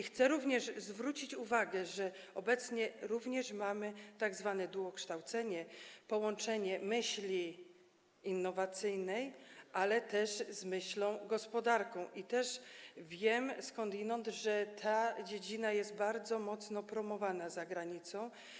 Chcę również zwrócić uwagę, że obecnie również mamy tzw. duokształcenie, połączenie myśli innowacyjnej z myślą gospodarczą, i wiem skądinąd, że ta dziedzina jest bardzo mocno promowana za granicą.